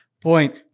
point